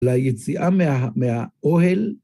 ליציאה מהאוהל.